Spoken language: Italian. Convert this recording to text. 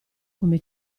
come